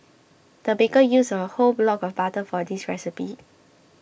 the baker used a whole block of butter for this recipe